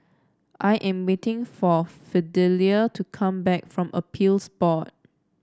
I am waiting for Fidelia to come back from Appeals Board